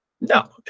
No